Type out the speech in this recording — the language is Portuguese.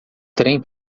trem